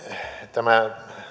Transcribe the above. tämä